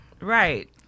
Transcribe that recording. Right